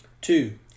Two